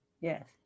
Yes